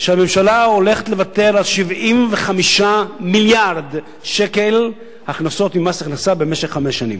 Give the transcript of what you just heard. שהממשלה הולכת לוותר על 75 מיליארד שקל הכנסות ממס הכנסה במשך חמש שנים.